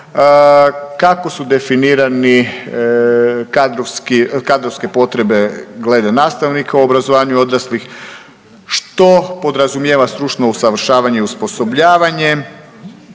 kako su definirane kadrovske potrebe glede nastavnika u obrazovanju odraslih, što podrazumijeva stručno usavršavanje i osposobljavanje,